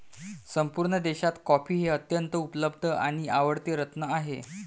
संपूर्ण देशात कॉफी हे अत्यंत उपलब्ध आणि आवडते रत्न आहे